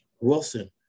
Wilson